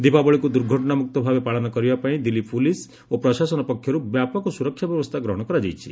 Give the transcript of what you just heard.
ଦୀପାବଳିକୁ ଦୁର୍ଘଟଣାମୁକ୍ତ ଭାବେ ପାଳନ କରିବାପାଇଁ ଦିଲ୍ଲୀ ପୁଲିସ୍ ଓ ପ୍ରଶାସନ ପକ୍ଷରୁ ବ୍ୟାପକ ସୁରକ୍ଷା ବ୍ୟବସ୍ଥା ଗ୍ରହଣ କରାଯାଇଛି